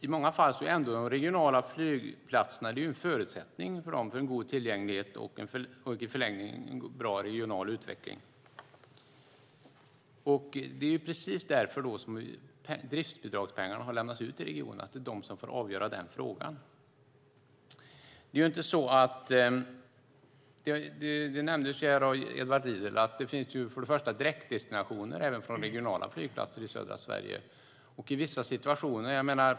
I många fall är den regionala flygplatsen en förutsättning för en god tillgänglighet och i förlängningen en bra regional utveckling. Det är precis för att de ska få avgöra frågan som driftsbidragspengarna har lämnats ut till regionerna. Edward Riedl nämnde att det för det första finns direktdestinationer även från regionala flygplatser i södra Sverige.